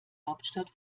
hauptstadt